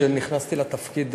כשנכנסתי לתפקיד,